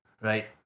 Right